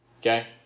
Okay